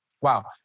Wow